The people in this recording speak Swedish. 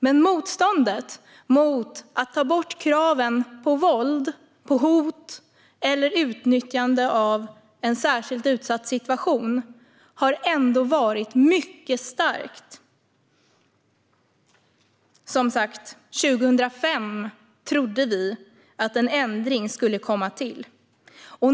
Men motståndet mot att ta bort kraven på våld, hot eller utnyttjande av en särskilt utsatt situation har ändå varit mycket starkt. År 2005 trodde vi som sagt att en ändring skulle komma till.